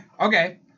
Okay